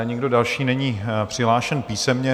Nikdo další není přihlášen písemně.